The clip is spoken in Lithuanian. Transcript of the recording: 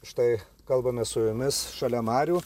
štai kalbame su jumis šalia marių